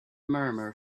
murmur